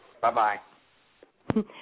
Bye-bye